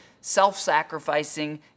self-sacrificing